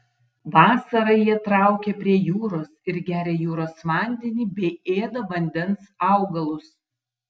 vasarą jie traukia prie jūros ir geria jūros vandenį bei ėda vandens augalus